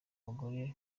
abagore